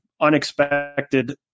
unexpected